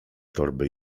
torby